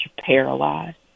paralyzed